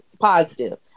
positive